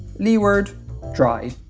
leeward dry,